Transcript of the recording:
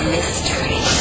Mystery